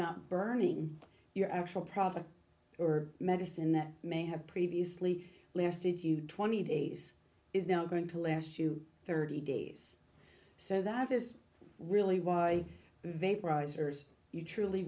not burning your actual profit or medicine that may have previously lasted you twenty days is now going to last you thirty days so that is really why vaporizers you truly